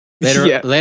later